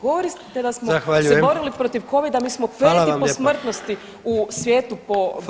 Govorite da smo se borili [[Upadica: Zahvaljujem.]] protiv Covida, mi smo 5 [[Upadica: Hvala vam lijepo.]] po smrtnosti u svijetu po